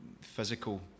physical